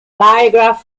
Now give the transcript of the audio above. biograph